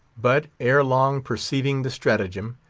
but, ere long, perceiving the stratagem,